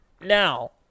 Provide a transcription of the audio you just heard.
Now